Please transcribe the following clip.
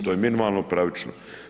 To je minimalno pravično.